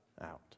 out